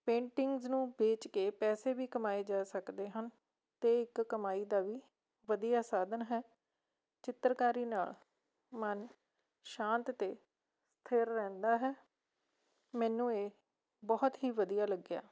paintings ਨੂੰ ਵੇਚ ਕੇ ਪੈਸੇ ਵੀ ਕਮਾਏ ਜਾ ਸਕਦੇ ਹਨ ਅਤੇ ਇੱਕ ਕਮਾਈ ਦਾ ਵੀ ਵਧੀਆ ਸਾਧਨ ਹੈ ਚਿੱਤਰਕਾਰੀ ਨਾਲ਼ ਮਨ ਸ਼ਾਂਤ ਅਤੇ ਸਥਿਰ ਰਹਿੰਦਾ ਹੈ ਮੈਨੂੰ ਇਹ ਬਹੁਤ ਹੀ ਵਧੀਆ ਲੱਗਿਆ